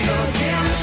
again